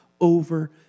over